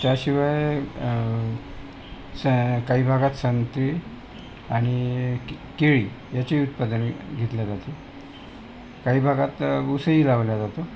त्याशिवाय स काही भागात संत्री आणि केळी ह्याची उत्पादने घेतल्या जाते काही भागात उसही लावला जातो